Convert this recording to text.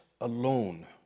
alone